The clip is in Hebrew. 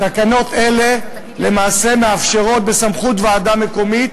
תקנות אלה למעשה מאפשרות בסמכות ועדה מקומית